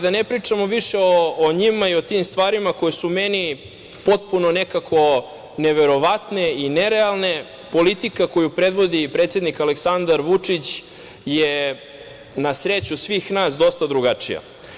Da ne pričamo više o njima i o tim stvarima koje su meni potpuno nekako neverovatne i nerealne, politika koju predvodi predsednik Aleksandar Vučić je, na sreću svih nas, dosta drugačija.